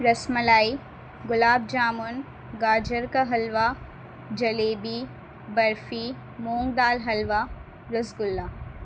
رس ملائی گلاب جامن گاجر کا حلوہ جلیبی برفی مونگ دال حلوہ رسگلہ